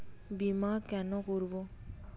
বিমা কেন করব?